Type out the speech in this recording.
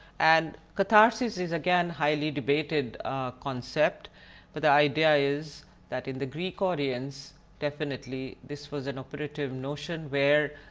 and karthasis is again highly debated concept but the idea is that in the greek audience definitely this was an operative notion where